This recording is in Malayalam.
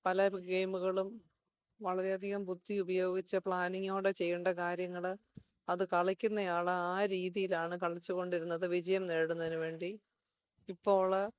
പല ഗെയിമുകളും വളരെയധികം ബുദ്ധി ഉപയോഗിച്ച് പ്ലാനിങ്ങോടെ ചെയ്യേണ്ട കാര്യങ്ങൾ അത് കളിക്കുന്നയാൾ ആ രീതിയിലാണ് കളിച്ചുകൊണ്ടിരുന്നത് വിജയം നേടുന്നതിനുവേണ്ടി ഇപ്പോൾ